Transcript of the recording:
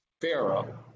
Pharaoh